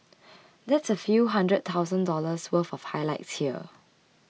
that's a few hundred thousand dollars worth of highlights here